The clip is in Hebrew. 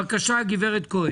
בבקשה, גב' כהן.